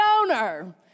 owner